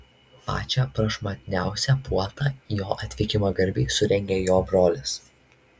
pačią prašmatniausią puotą jo atvykimo garbei surengė jo brolis